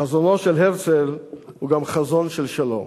חזונו של הרצל הוא גם חזון של שלום,